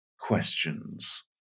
questions